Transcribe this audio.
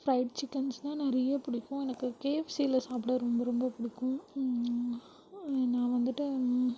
fried சிக்கென்ஸ்னால் நிறைய பிடிக்கும் எனக்கு கேஎஃப்சியில் சாப்பிட ரொம்ப ரொம்ப பிடிக்கும் நான் வந்துட்டு